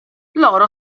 loro